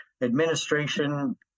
administration